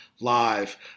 live